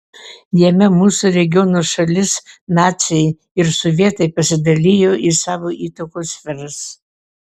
jame mūsų regiono šalis naciai ir sovietai pasidalijo į savo įtakos sferas